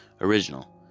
Original